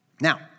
Now